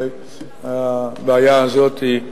הרי הבעיה הזאת היא,